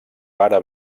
pare